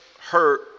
hurt